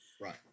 Right